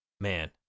man